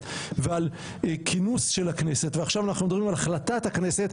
ועל כינוס של הכנסת ועכשיו אנחנו מדברים על החלטת הכנסת,